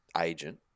agent